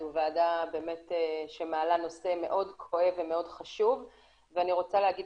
זו ועדה באמת שמעלה נושא מאוד כואב ומאוד חשוב ואני רוצה להגיד